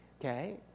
Okay